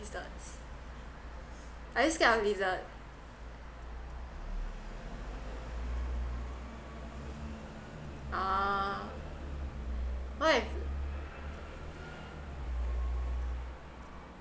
lizards are you scared of lizard oh why